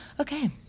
Okay